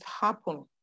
happen